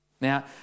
Now